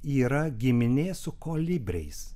yra giminė su kolibriais